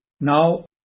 Now